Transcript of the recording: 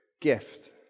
gift